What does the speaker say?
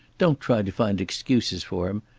don't try to find excuses for him.